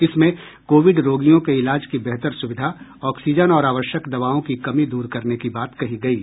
इसमें कोविड रोगियों के इलाज की बेहतर सुविधा ऑक्सीजन और आवश्यक दवाओं की कमी दूर करने की बात कही गयी